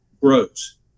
grows